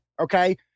Okay